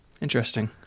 interesting